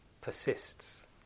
persists